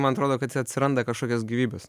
man atrodo kad atsiranda kažkokios gyvybės